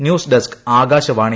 news desk Akashvani